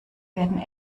werden